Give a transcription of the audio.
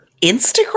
Instagram